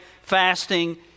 fasting